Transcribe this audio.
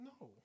No